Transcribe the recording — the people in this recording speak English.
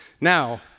Now